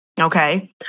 Okay